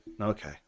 Okay